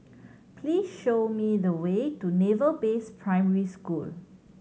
please show me the way to Naval Base Primary School